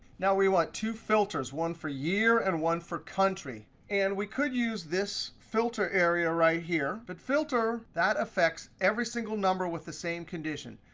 now, we want two filters, one for year and one for country. and we could use this filter area right here. but filter, that affects every single number with the same condition.